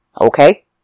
Okay